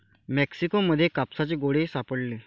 Mexico मध्ये कापसाचे गोळे सापडले